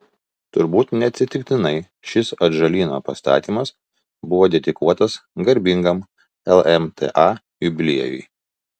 turbūt neatsitiktinai šis atžalyno pastatymas buvo dedikuotas garbingam lmta jubiliejui